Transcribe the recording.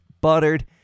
buttered